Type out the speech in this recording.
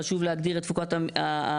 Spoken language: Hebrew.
חשוב להגדיר את תפוקת המתקן.